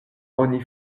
oni